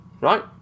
right